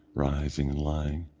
rising and lying,